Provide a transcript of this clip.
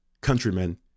countrymen